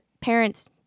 parents